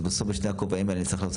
אז בסוף בשני הכובעים האלה צריך לעשות